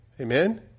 Amen